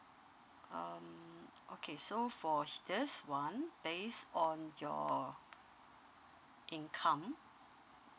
um okay so for this one based on your income